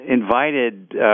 invited